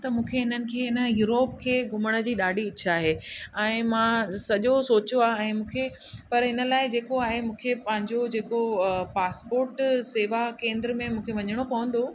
त मूंखे हिन खे हिन यूरोप खे घुमण जी ॾाढी इच्छा आहे ऐं मां सॼो सोचियो आहे ऐं मूंखे पर हिन लाइ जेको आहे मूंखे पंहिंजो जेको पासपोट सेवा केन्द्र में मूंखे वञिणो पवंदो